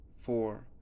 four